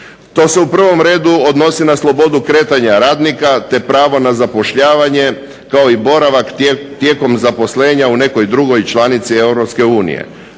To se u prvom redu odnosi na slobodu kretanja radnika te pravo na zapošljavanje kao i boravak tijekom zaposlenja u nekoj drugoj članici EU.